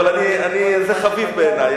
אבל הדיאלוג חביב בעיני.